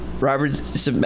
Robert